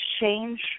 change